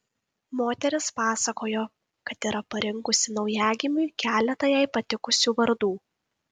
moteris pasakojo kad yra parinkusi naujagimiui keletą jai patikusių vardų